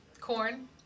Corn